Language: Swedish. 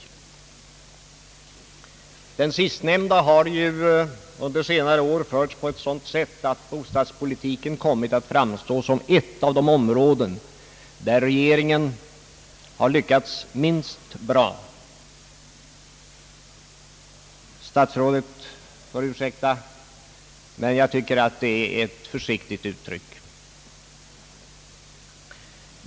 Kreditpolitiken har ju under senare år förts på ett sådant sätt att bostadspolitiken kommit att framstå som ett av de områden där regeringen lyckats minst bra — statsrådet får ursäkta, men jag tycker att det uttrycket är försiktigt.